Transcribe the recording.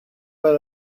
pas